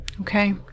okay